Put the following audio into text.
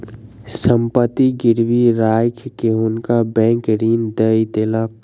संपत्ति गिरवी राइख के हुनका बैंक ऋण दय देलक